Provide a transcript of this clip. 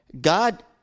God